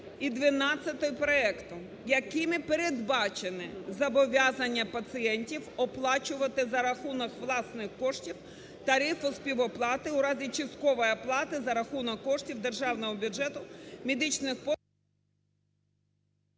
і 12 проекту, якими передбачено зобов'язання пацієнтів оплачувати за рахунок власних коштів тариф співоплати в разі часткової оплати за рахунок коштів державного бюджету медичних послуг…